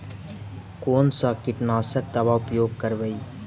कोन सा कीटनाशक दवा उपयोग करबय?